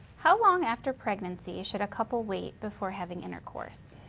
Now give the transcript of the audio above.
how long after pregnancy should a couple wait before having intercourse?